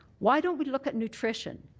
why don't we look at nutrition?